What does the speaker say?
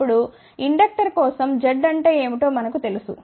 ఇప్పుడు ఇండక్టర్ కోసం Z అంటే ఏమిటో మనకు తెలుసు